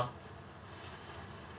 ah